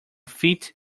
fit